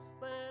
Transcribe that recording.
Let